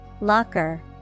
Locker